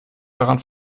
daran